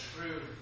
true